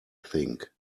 think